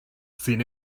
sin